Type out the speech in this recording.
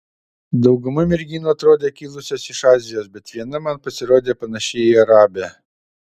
dauguma merginų atrodė kilusios iš azijos bet viena man pasirodė panaši į arabę